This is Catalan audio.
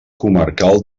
comarcal